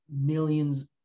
millions